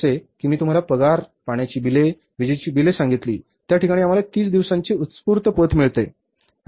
जसे की मी तुम्हाला पगार पाण्याचे बिले विजेची बिले सांगितली त्याठिकाणी आम्हाला 30 दिवसांची उत्स्फूर्त पत मिळते